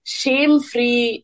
shame-free